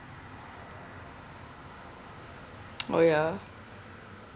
oh ya